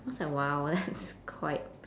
just like !wow! that's quite